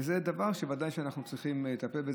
וזה דבר שוודאי שאנחנו צריכים לטפל בו.